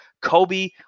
Kobe